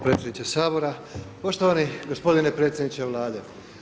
Predsjedniče Sabora, poštovani gospodine predsjedniče Vlade.